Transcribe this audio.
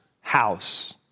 House